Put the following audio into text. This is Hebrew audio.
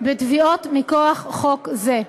בתביעות מכורח חוק זה.